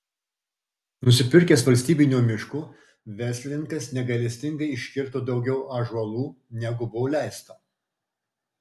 nusipirkęs valstybinio miško verslininkas negailestingai iškirto daugiau ąžuolų negu buvo leista